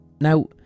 Now